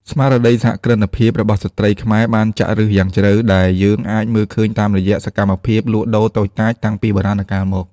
ស្មារតីសហគ្រិនភាពរបស់ស្ត្រីខ្មែរបានចាក់ឫសយ៉ាងជ្រៅ ដែលយើងអាចមើលឃើញតាមរយៈសកម្មភាពលក់ដូរតូចតាចតាំងពីបុរាណកាលមក។